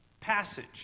passage